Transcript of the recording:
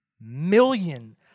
million